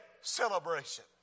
celebration